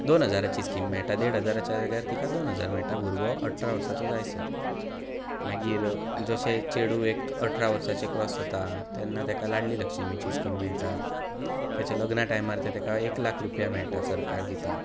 दोन हाजाराची स्किम मेळटा देड हजाराच्या जाग्यार तिका दोन हजार मेळटा भुरगो अठरा वर्सांचो जायसर मागीर जशे चेडूं एक अठरा वर्सांचे क्रॉस जाता तेन्ना ताका लाडली लक्ष्मीची स्किम मेळटा तेच्या लग्ना टायमार ते ताका एक लाख रुपया मेळटा सरकार दिता